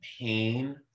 pain